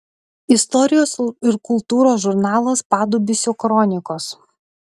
istorijos ir kultūros žurnalas padubysio kronikos